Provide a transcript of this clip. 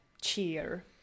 cheer